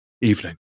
evening